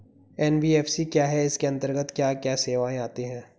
NBFC क्या है इसके अंतर्गत क्या क्या सेवाएँ आती हैं?